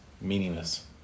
meaningless